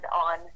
on